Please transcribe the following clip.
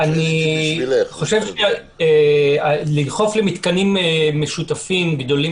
אני חושב שלדחוף למתקנים משותפים גדולים